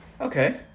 Okay